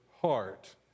heart